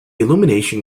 illumination